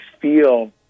feel